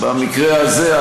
במקרה הזה,